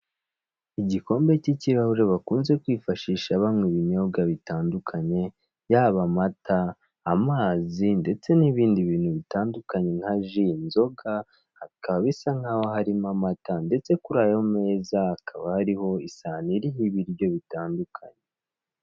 Igikombe cyicyirahure bakunze kwifashisha bankwa ibinyobwa bitandukanye yaba amata amazi ndetse nibindi bintu bitandukanye nka ji inzoga hakaba bisa nkaho harimo amata ndetse kurayo meza hakaba hariho isahane iriho ibiryo bitandukanye.